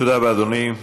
תודה רבה, אדוני.